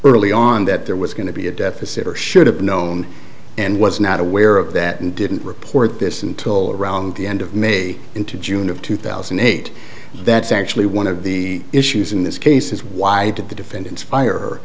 early on that there was going to be a deficit or should have known and was not aware of that and didn't report this until around the end of may into june of two thousand and eight that's actually one of the issues in this case is why did the defendants fire